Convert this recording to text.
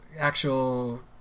actual